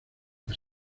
las